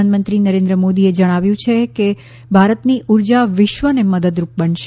પ્રધાનમંત્રી નરેન્રે મોદીએ જણાવ્યું છે કે ભારતની ઊર્જા વિશ્વને મદદરૂપ બનશે